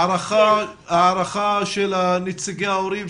הערכה של נציגי ההורים,